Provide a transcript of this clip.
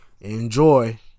Enjoy